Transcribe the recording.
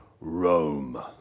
Rome